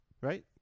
Right